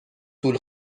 طول